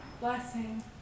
blessing